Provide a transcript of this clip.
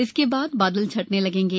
इसके बाद बादल छंटने लगेंगे